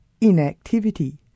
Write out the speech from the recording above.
inactivity